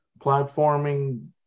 platforming